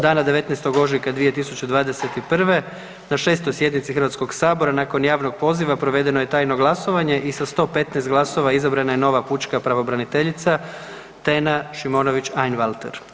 Dana 19. ožujka 2021. na 6. sjednici Hrvatskog sabora, nakon javnog poziva, provedeno je tajno glasovanje i sa 115 glasova, izabrana je nova pučka pravobraniteljica Tena Šimonović Einwalter.